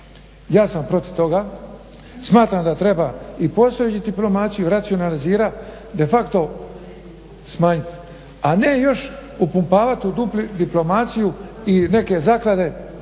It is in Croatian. Ja sam protiv toga. Smatram da treba i postojeću diplomaciju racionalizirati, de facto smanjiti, a ne još upumpavati u duplu diplomaciju i neke zaklade.